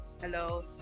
Hello